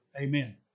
Amen